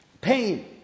pain